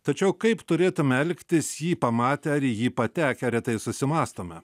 tačiau kaip turėtume elgtis jį pamatę ar į jį patekę retai susimąstome